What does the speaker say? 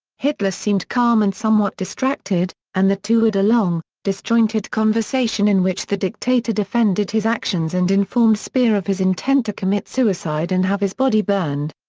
hitler seemed calm and somewhat distracted, and the two had a long, disjointed conversation in which the dictator defended his actions and informed speer of his intent to commit suicide and have his body burned.